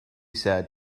sad